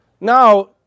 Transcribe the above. Now